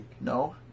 No